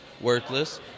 worthless